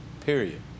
Period